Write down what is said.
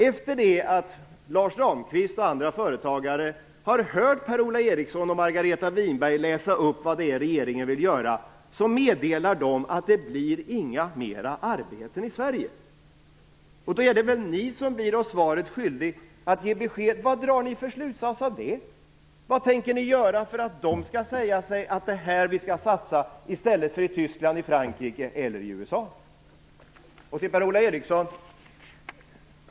Efter det att Lars Ramqvist och andra företagare har hört Per-Ola Eriksson och Margareta Winberg läsa upp vad det är regeringen vill göra meddelar de att det inte blir några fler arbeten i Sverige. Då är det väl regeringen som blir oss svaret skyldig. Vad drar regeringen för slutsats av detta? Vad tänker den göra för att företagarna skall säga sig att det är i Sverige de skall satsa i stället för i Tyskland, Frankrike eller Per-Ola Eriksson!